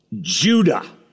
Judah